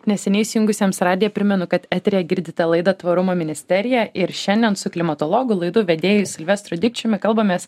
neseniai įsijungusiems radiją primenu kad eteryje girdite laidą tvarumo ministerija ir šiandien su klimatologu laidų vedėju silvestru dikčiumi kalbamės